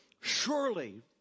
surely